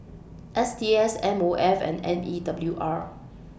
S T S M O F and N E W R